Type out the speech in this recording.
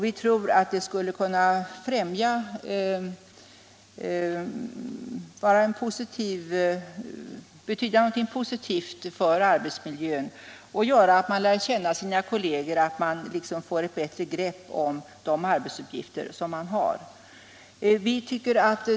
Vi tror att det kan betyda någonting positivt för arbetsmiljön och att det kan göra att man lär känna sina kolleger och kan få ett bättre grepp om arbetsuppgifterna.